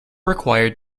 required